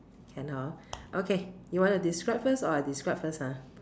can hor okay you wanna describe first or I describe first ah